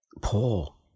Paul